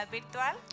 virtual